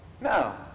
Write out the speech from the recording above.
No